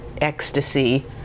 ecstasy